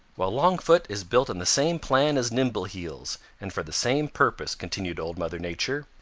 well, longfoot is built on the same plan as nimbleheels and for the same purpose, continued old mother nature.